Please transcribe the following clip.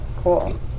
Cool